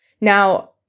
Now